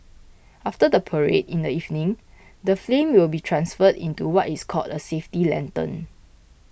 after the parade in the evening the flame will be transferred into what is called a safety lantern